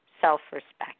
self-respect